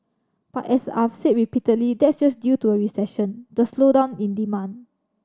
but as I've said repeatedly that's just due to a recession the slowdown in demand